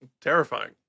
terrifying